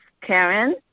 Karen